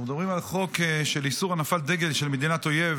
אנחנו מדברים על חוק איסור הנפת דגל של מדינת אויב